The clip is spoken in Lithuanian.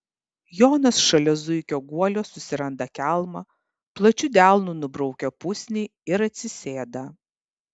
jonas šalia zuikio guolio susiranda kelmą plačiu delnu nubraukia pusnį ir atsisėda